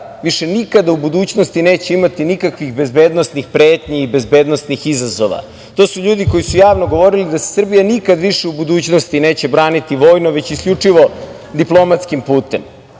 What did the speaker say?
više nikada u budućnosti neće imati nikakvih bezbednosnih pretnji i bezbednosnih izazova. To su ljudi koji su javno govorili da se Srbija nikad više u budućnosti neće braniti vojno, već isključivo diplomatskim putem. Mogu